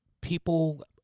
people